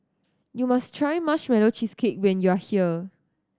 you must try Marshmallow Cheesecake when you are here